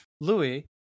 Louis